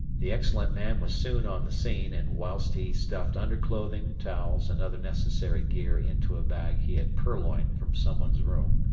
the excellent man was soon on the scene, and whilst he stuffed underclothing, towels and other necessary gear into a bag he had purloined from someone's room,